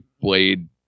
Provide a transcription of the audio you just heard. Blade